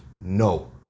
no